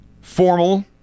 formal